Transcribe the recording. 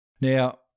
Now